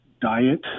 diet